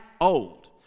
old